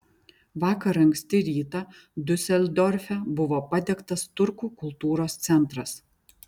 vakar anksti rytą diuseldorfe buvo padegtas turkų kultūros centras